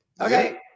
Okay